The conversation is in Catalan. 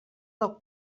del